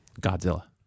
Godzilla